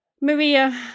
Maria